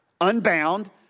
unbound